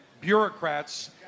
bureaucrats